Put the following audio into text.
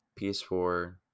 ps4